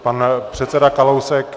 Pan předseda Kalousek.